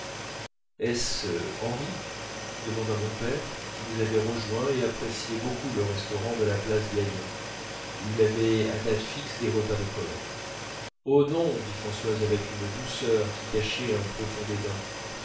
est-ce henry demanda mon père qui nous avait rejoints et appréciait beaucoup le restaurant de la place gaillon où il avait à dates fixes des repas de corps oh non dit françoise avec une douceur qui cachait un profond dédain